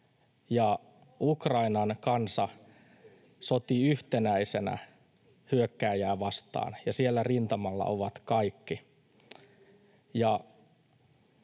Ukrainan kansa sotii yhtenäisenä hyökkääjää vastaan, ja siellä rintamalla ovat kaikki,